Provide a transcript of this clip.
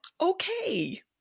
okay